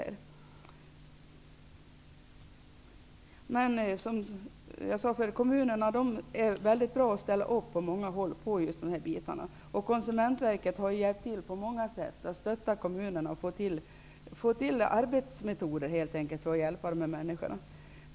Som jag sade är många kommuner mycket bra när det gäller att ställa upp i detta avseende. Konsumentverket har också på många sätt stöttat kommunerna när det gällt att finna arbetsmetoder för att hjälpa dessa människor.